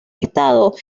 estado